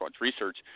research